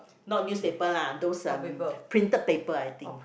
not newspaper lah those um printed paper I think